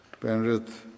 Penrith